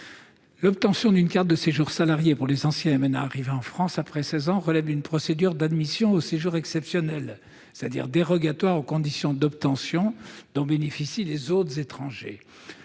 L'obtention d'une carte de séjour « salarié » pour les anciens MNA arrivés en France après 16 ans relève d'une procédure d'admission exceptionnelle au séjour, c'est-à-dire dérogatoire aux conditions d'obtention dont bénéficient les autres étrangers.